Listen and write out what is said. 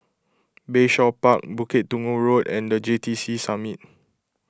Bayshore Park Bukit Tunggal Road and the J T C Summit